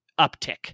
uptick